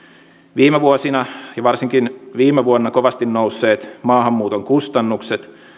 viime vuosina ja varsinkin viime vuonna kovasti nousseet maahanmuuton kustannukset